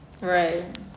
Right